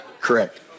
Correct